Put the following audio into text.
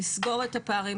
לסגור את הפערים,